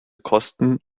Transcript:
kosten